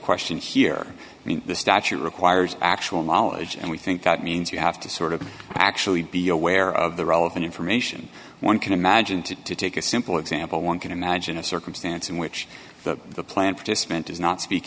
question here i mean the statute requires actual knowledge and we think that means you have to sort of actually be aware of the relevant information one can imagine to take a simple example one can imagine a circumstance in which the plan for to spent does not speak